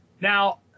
Now